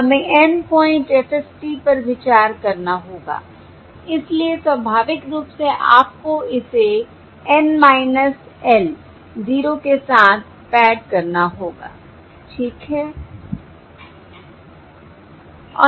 हमें N point FFT पर विचार करना होगा इसलिए स्वाभाविक रूप से आपको इसे N -l 0 के साथ पैड करना होगा ठीक है